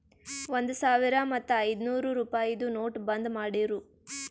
ಒಂದ್ ಸಾವಿರ ಮತ್ತ ಐಯ್ದನೂರ್ ರುಪಾಯಿದು ನೋಟ್ ಬಂದ್ ಮಾಡಿರೂ